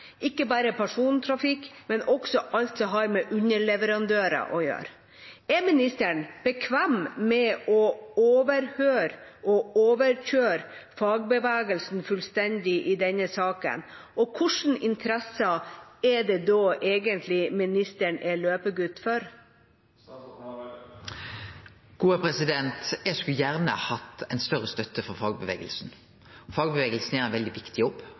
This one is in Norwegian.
ikke bare persontrafikk, men også alt som har med underleverandører å gjøre. Er statsråden bekvem med å overhøre og overkjøre fagbevegelsen fullstendig i denne saken? Og hvilke interesser er det da egentlig statsråden er løpegutt for? Eg skulle gjerne hatt meir støtte frå fagbevegelsen. Fagbevegelsen gjer ein veldig viktig